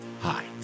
Hi